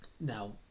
Now